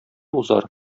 узар